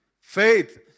Faith